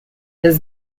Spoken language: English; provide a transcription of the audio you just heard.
his